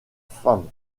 femme